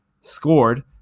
scored